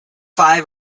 five